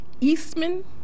Eastman